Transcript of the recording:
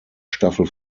staffel